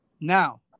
Now